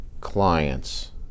clients